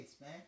man